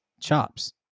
chops